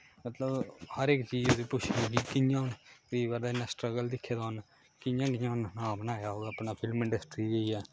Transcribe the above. मतलब हर इक चीज गी पुच्छनी कि'यां इन्ना स्ट्रगल दिक्खे दा उ'न्न कि'यां कि'यां उन्नै नांऽ बनाया होग अपना फिल्म इंडस्ट्री च जेइयै